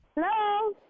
Hello